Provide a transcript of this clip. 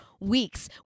weeks